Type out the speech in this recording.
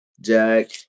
Jack